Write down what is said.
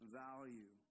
value